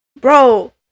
Bro